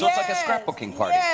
like a scrapbooking party. yeah